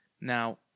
now